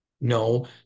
No